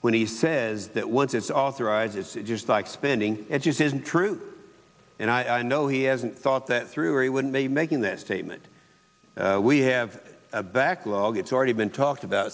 when he says that once it's authorized it's just like spending edges isn't true and i know he hasn't thought that through or he wouldn't be making that statement we have a backlog it's already been talked about